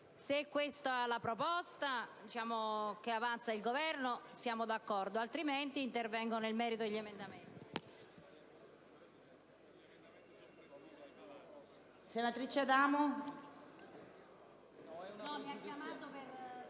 Se questa proposta è accettata dal Governo, sono d'accordo, altrimenti interverrò nel merito degli emendamenti.